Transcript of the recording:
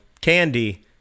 Candy